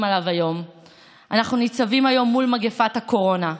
עליו היום אנחנו ניצבים מול מגפת הקורונה,